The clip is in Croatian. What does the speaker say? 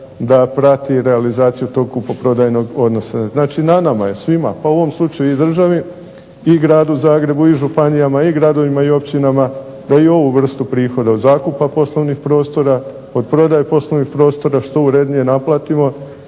da prati realizaciju tog kupoprodajnog odnosa. Znači na nama je svima pa u ovom slučaju i državi i gradu Zagrebu i županijama i gradovima i općinama da i ovu vrstu prihoda od zakupa poslovnih prostora, od prodaje poslovnih prostora što urednije naplatimo,